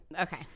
Okay